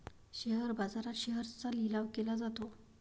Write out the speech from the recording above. share बाजारात शेअर्सचा लिलाव केला जातो